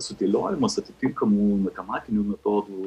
sudėliojimas atitinkamų matematinių metodų